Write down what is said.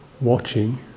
watching